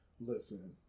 Listen